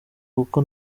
kuko